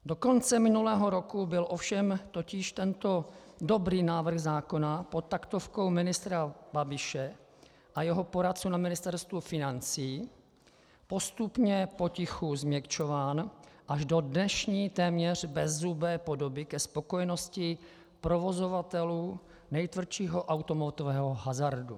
Do konce minulého roku byl ovšem tento dobrý návrh zákona pod taktovkou ministra Babiše a jeho poradců na Ministerstvu financí postupně potichu změkčován až do dnešní téměř bezzubé podoby ke spokojenosti provozovatelů nejtvrdšího automatového hazardu.